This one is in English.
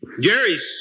Jerry's